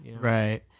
Right